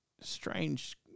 strange